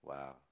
Wow